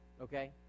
okay